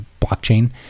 blockchain